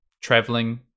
traveling